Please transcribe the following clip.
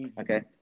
Okay